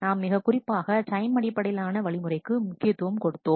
நாம் மிக குறிப்பாக டைம் அடிப்படையிலான வழிமுறைக்கு முக்கியத்துவம் கொடுத்தோம்